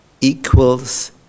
equals